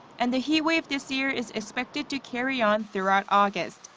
and the heat wave this year is expected to carry on throughout august.